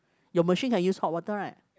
your machine can use hot water right